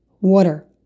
water